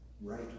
right